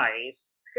nice